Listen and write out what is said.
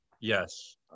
Yes